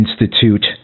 institute